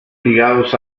ligados